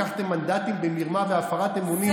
לקחתם מנדטים במרמה והפרתם אמונים,